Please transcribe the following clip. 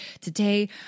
today